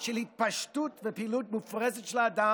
גברתי,